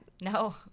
No